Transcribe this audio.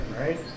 right